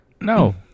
No